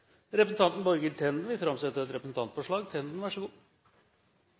Representanten Borghild Tenden vil framsette et representantforslag.